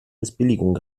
missbilligung